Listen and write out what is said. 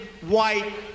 white